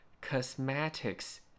Cosmetics